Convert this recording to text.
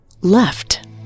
left